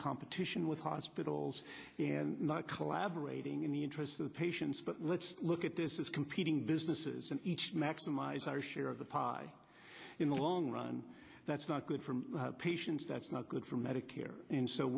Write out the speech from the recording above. competition with hospitals collaborating in the interest of the patients but let's look at this is competing businesses and each maximize our share of the pie in the long run that's not good for patients that's not good for medicare and so